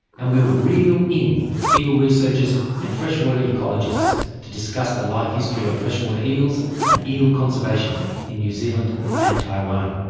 and we'll reel in eel researchers and freshwater ecologists to discuss the life history of freshwater eels and eel conservation in new zealand and taiwan.